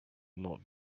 not